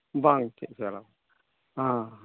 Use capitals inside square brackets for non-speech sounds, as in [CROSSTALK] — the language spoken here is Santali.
[UNINTELLIGIBLE]